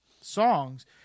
songs